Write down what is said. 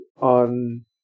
on